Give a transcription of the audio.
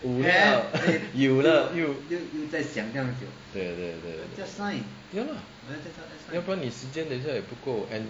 wu liao 有了对对对对对 ya lah 要不然你时间等一下也不够 and